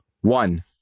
One